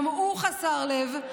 גם הוא חסר לב,